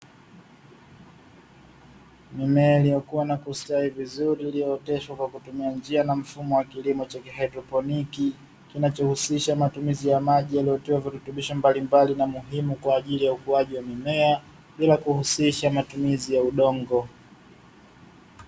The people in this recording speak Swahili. Mimea iliyokuwa na kustawi vizuri iliyooteshwa kwa kutumia njia na mfumo wa kilimo cha haidroponi, kinachohusisha matumizi ya maji yaliyotiwa virutubisho mbalimbali na muhimu, kwa ajili ya ukuaji wa mimea bila kuhusisha matumizi ya udongo.